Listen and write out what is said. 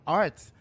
arts